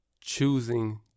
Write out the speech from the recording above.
choosing